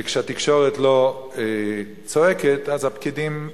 וכשהתקשורת לא צועקת, אז הפקידים,